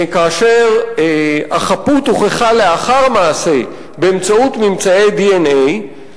כאשר החפות הוכחה לאחר מעשה באמצעות ממצאי DNA,